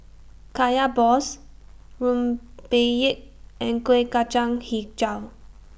Kaya Balls Rempeyek and Kuih Kacang Hijau